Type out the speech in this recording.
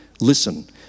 listen